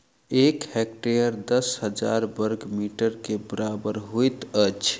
एक हेक्टेयर दस हजार बर्ग मीटर के बराबर होइत अछि